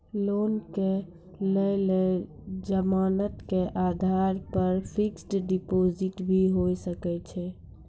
Loan के लेल जमानत के आधार पर फिक्स्ड डिपोजिट भी होय सके छै?